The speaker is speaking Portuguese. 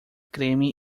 creme